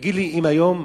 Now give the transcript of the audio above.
תגיד לי, אם היום